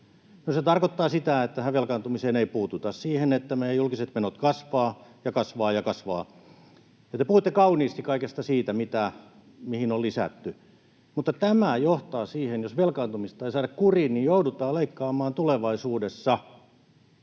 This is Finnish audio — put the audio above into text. se tarkoittaa sitä, että tähän velkaantumiseen ei puututa, siihen, että meidän julkiset menot kasvavat ja kasvavat ja kasvavat. Te puhuitte kauniisti kaikesta siitä, mihin on lisätty, mutta tämä johtaa siihen, että jos velkaantumista ei saada kuriin, joudutaan leikkaamaan tulevaisuudessa